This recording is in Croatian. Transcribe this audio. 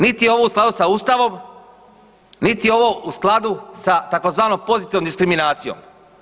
Niti je ovo u skladu sa Ustavom, niti je ovo u skladu sa tzv. pozitivnom diskriminacijom.